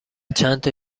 چندتا